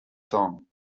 song